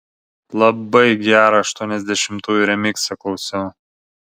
labai gerą aštuoniasdešimtųjų remiksą klausiau